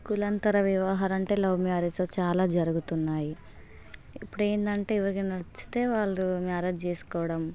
కులాంతర వివాహం అంటే లవ్ మ్యారేజ్ చాలా జరుగుతున్నాయి ఇప్పుడు ఏంటంటే ఎవరికి నచ్చితే వాళ్ళు మ్యారేజ్ చేసుకోవడం